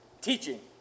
teaching